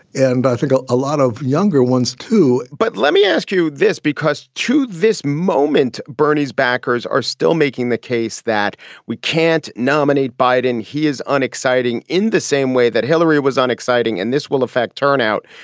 and i think a lot of younger ones, too but let me ask you this, because to this moment, bernie's backers are still making the case that we can't nominate biden. he is unexciting in the same way that hillary was unexciting. and this will affect turnout.